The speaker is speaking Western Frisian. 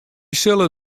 sille